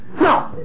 no